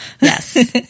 Yes